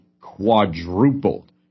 quadrupled